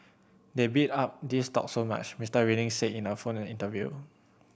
they bid up these stocks so much Mister Reading said in a phone interview